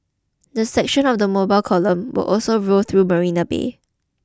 the section of the mobile column will also roll through Marina Bay